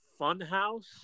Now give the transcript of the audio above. Funhouse